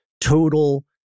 total